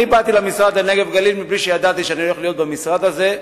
אני באתי למשרד הנגב והגליל מבלי שידעתי שאני הולך להיות במשרד הזה,